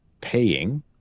paying